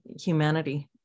humanity